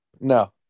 No